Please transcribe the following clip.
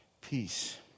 Peace